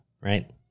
Right